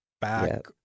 back